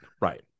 right